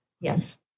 Yes